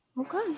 Okay